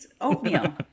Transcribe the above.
Oatmeal